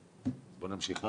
בוא נמשיך הלאה.